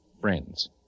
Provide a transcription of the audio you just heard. friends